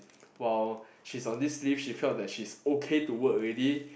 while she is on this leave she felt that she is okay to work already